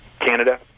Canada